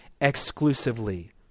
exclusively